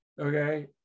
okay